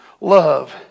love